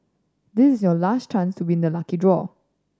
this is your last chance to win the lucky draw